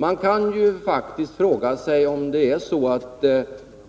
Man kan faktiskt fråga sig om